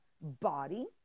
body